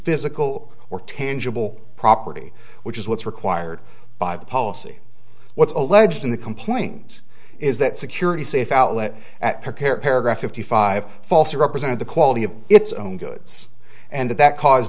physical or tangible property which is what's required by the policy what's alleged in the complaint is that security safe outlet at prepared paragraph of five false or represent the quality of its own goods and that